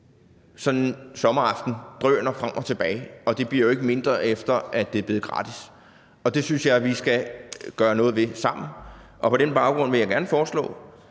sommeraften drøner frem og tilbage, og det bliver jo ikke mindre, efter det er blevet gratis, og det synes jeg vi skal gøre noget ved sammen. Vi har to ting, der er støj,